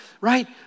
right